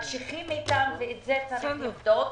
מקשיחים אתם, ואת זה צריך לבדוק.